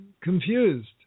confused